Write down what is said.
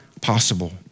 possible